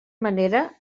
manera